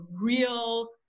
real